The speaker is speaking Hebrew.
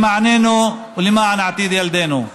למעננו ולמען עתיד ילדינו.